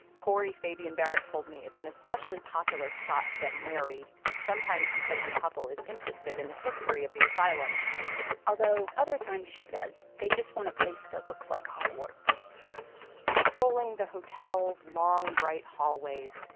corey fabian-barrett told me it's an especially popular spot to get married, sometimes because the couple is interested in the history of the asylum although other times, she says, they just want a place that looks like hogwarts strolling the hotel's long bright hallways,